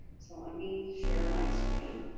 so, let me share my screen.